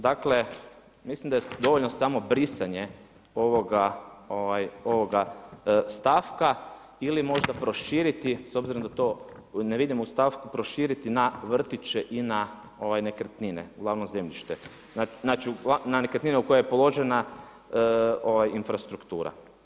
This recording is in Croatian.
Dakle mislim da je dovoljno samo brisanje ovoga stavka ili možda proširiti s obzirom da to ne vidim u stavku proširiti na vrtiće i na nekretnine, uglavnom zemljište, znači na nekretnine u koje je položena infrastruktura.